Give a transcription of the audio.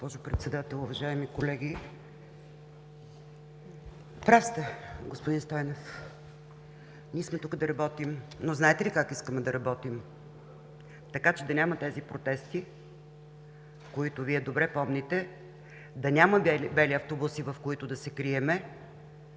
Председател, уважаеми колеги! Прав сте, господин Стойнев. Ние сме тук да работим, но знаете ли как искаме да работим? - така че да няма тези протести, които Вие добре помните. Да няма бели автобуси, в които да се крием